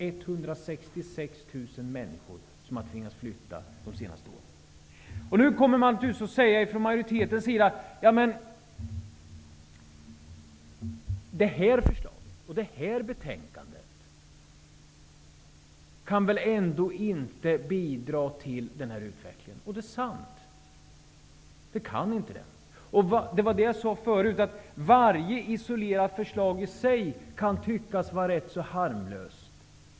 166 000 människor har nämligen under de senaste åren tvingats flytta. Från majoritetens sida kommer man naturligtvis att säga: Det här förslaget och det här betänkandet kan väl ändå inte bidra till en sådan här utveckling. Det är sant. Den kan inte det. Som jag sade förut kan varje isolerat förslag i sig kan tyckas rätt så harmlöst.